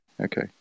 Okay